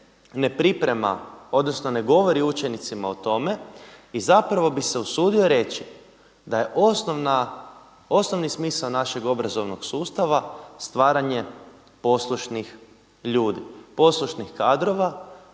ne priprema, odnosno ne govori učenicima o tome i zapravo bih se usudio reći da je osnovni smisao našeg obrazovnog sustava stvaranje poslušnih ljudi, poslušnih kadrova